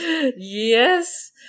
yes